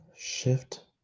Shift